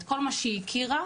את כל מה שהיא הכירה,